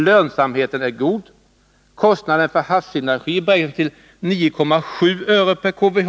Lönsamheten är god. Kostnaden för havsenergi beräknas till 9,7 öre/KWh.